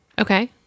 Okay